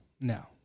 No